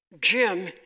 Jim